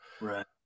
Right